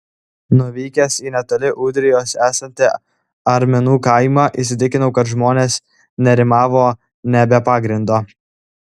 nuvykęs į netoli ūdrijos esantį arminų kaimą įsitikinau kad žmonės nerimavo ne be pagrindo